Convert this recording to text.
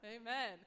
Amen